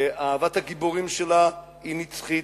ואהבת הגיבורים שלה היא נצחית.